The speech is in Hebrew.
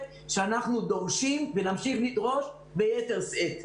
שאנחנו דורשים ונמשיך לדרוש ביתר שאת.